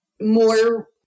more